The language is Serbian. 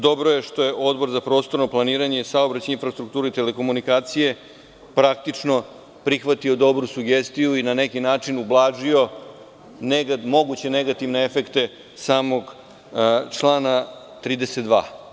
Dobro je što je Odbor za prostorno planiranje, saobraćaj, infrastrukturu i telekomunikacije praktično prihvatio dobru sugestiju i na neki način ublažio moguće negativne efekte sa mog člana 32.